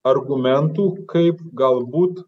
argumentų kaip galbūt